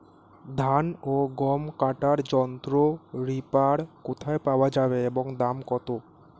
ধান ও গম কাটার যন্ত্র রিপার কোথায় পাওয়া যাবে এবং দাম কত?